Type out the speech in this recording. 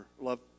love